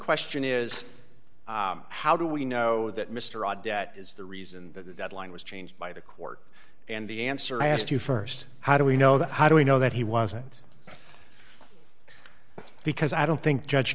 question is how do we know that mr odd debt is the reason that the deadline was changed by the court and the answer i asked you st how do we know that how do we know that he wasn't because i don't think judge